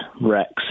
Rex